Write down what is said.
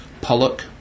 pollock